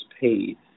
paid